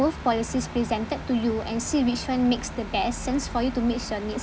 both policies presented to you and see which one makes the best sense for you to meets your needs